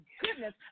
goodness